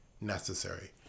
necessary